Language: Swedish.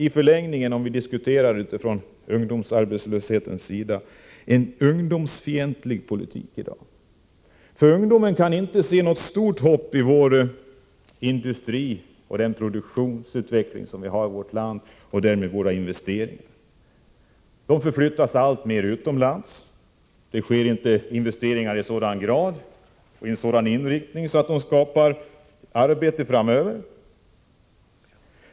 I förlängningen förs det en ungdomsfientlig politik i dag. Ungdomen kan inte se något stort hopp i vår industri, i den produktionsutveckling som vi har i vårt land eller i våra investeringar. Investeringarna flyttas alltmer utom lands. Det sker inte investeringar i en sådan grad och med en sådan inriktning att dessa skapar arbete framöver.